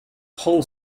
paul